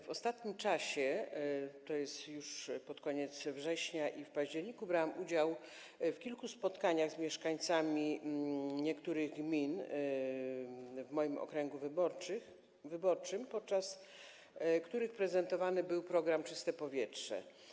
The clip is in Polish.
W ostatnim czasie, tj. już pod koniec września i w październiku, brałam udział w kilku spotkaniach z mieszkańcami niektórych gmin w moim okręgu wyborczym, podczas których prezentowany był program „Czyste powietrze”